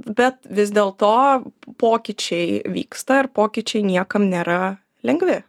bet vis dėl to pokyčiai vyksta ir pokyčiai niekam nėra lengvi